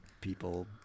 people